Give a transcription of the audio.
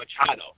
Machado